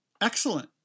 Excellent